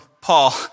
Paul